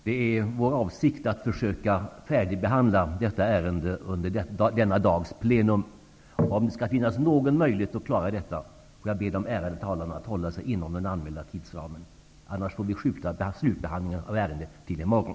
Det är vår avsikt att försöka färdigbehandla detta ärende under denna dags plenum. Om det skall finnas någon möjlighet att klara detta får jag be de ärade talarna att hålla sig inom den anmälda tidsramen, annars får vi skjuta slutbehandlingen av ärendet till i morgon.